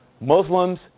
Muslims